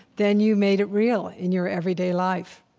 then you made it real in your everyday life.